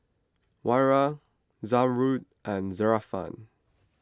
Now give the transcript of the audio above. Wira Zamrud and Zafran